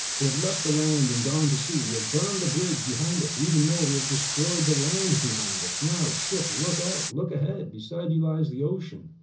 we have left the land and gone to sea, we have burned the bridge behind us, even more we have destroyed the land behind us, now ship, look out, look ahead, beside you lies the ocean.